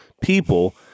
people